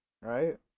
right